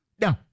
No